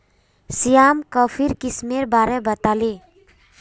श्याम कॉफीर किस्मेर बारे बताले